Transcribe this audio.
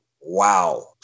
Wow